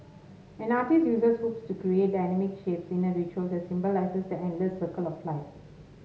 an artiste uses hoops to create dynamic shapes in a ritual that symbolises the endless circle of life